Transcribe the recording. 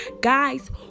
guys